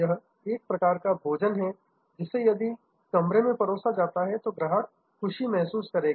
यह एक प्रकार का भोजन है जिसे यदि कमरे में परोसा जाता है तो ग्राहक खुशी महसूस करेगा